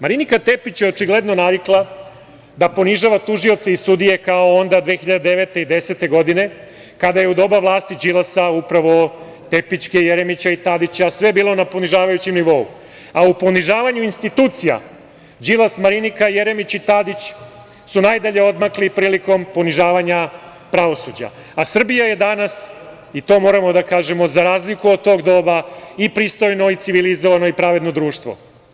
Marinika Tepić je očigledno navikla da ponižava tužioce i sudije kao 2009. i 2010. godine kada je u doba vlasti Đilasa, upravo Tepićke, Jeremića i Tadića, sve bilo na ponižavajućem nivou, a u ponižavanju institucija Đilas, Marinika, Jeremić i Tadić su najdalje odmakli prilikom ponižavanja pravosuđa, a Srbija je danas, i to moramo da kažemo, za razliku od tog doba, i pristojno, i civilizovano, i pravedno društvo.